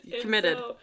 Committed